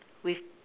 with